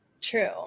true